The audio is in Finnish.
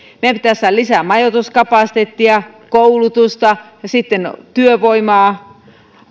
meidän pitää saada lisää majoituskapasiteettia koulutusta ja sitten työvoimaa